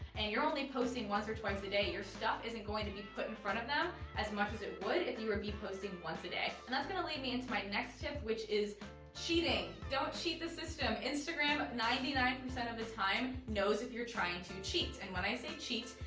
and you're only posting once or twice a day, your stuff isn't going to be put in front of them as much as it would if you would be posting once a day. and that's going to lead me into my next tip, which is cheating. don't cheat the system, instagram ninety nine percent of the time knows if you're trying to cheat. and when i say cheat,